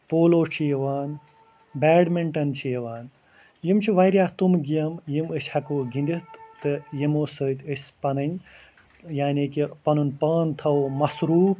polo چھِ یِوان badminton چھِ یِوان یِم چھِ واریاہ تِم گیمہٕ یِم أسۍ ہٮ۪کَو گِنٛدِتھ تہٕ یِمو سۭتۍ أسۍ پَنٕنۍ یعنی کہِ پَنُن پان تھاوَو مصروٗف